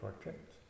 project